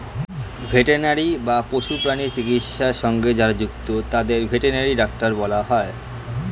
veterinary বা পশু প্রাণী চিকিৎসা সঙ্গে যারা যুক্ত তাদের ভেটেরিনারি ডক্টর বলা হয়